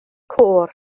côr